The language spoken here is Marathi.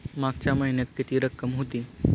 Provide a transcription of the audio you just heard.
मागच्या महिन्यात किती रक्कम होती?